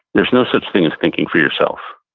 there's no such thing as thinking for yourself.